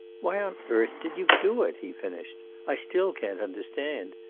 why on earth did you do it, he finished. i still can't understand.